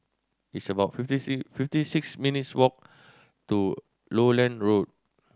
it's about fifty six minutes' walk to Lowland Road